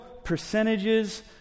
percentages